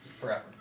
forever